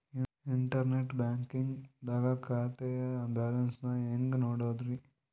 Internet banking ದಾಗ ಖಾತೆಯ balance ನ ಹೆಂಗ್ ನೋಡುದ್ರಿ?